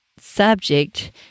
subject